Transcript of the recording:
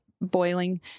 boiling